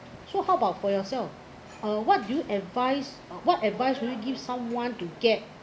so how about for yourself uh what do you advice what advise would you give someone to get